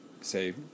say